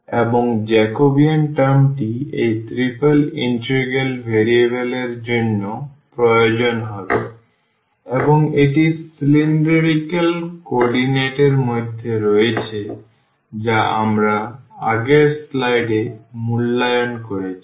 এবং জ্যাকোবিয়ান টার্মটি এই ট্রিপল ইন্টিগ্রাল ভ্যারিয়েবল এর জন্য প্রয়োজন হবে এবং এটি cylindrical কোঅর্ডিনেট এর মধ্যে রয়েছে যা আমরা আগের স্লাইড এ মূল্যায়ন করেছি